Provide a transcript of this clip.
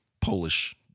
Polish